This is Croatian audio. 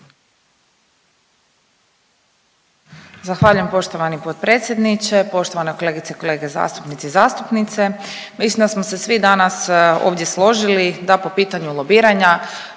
Zahvaljujem poštovani potpredsjedniče, poštovane kolegice i kolege zastupnici i zastupnice. Mislim da smo se svi danas ovdje složili da po pitanju lobiranja